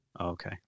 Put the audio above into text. Okay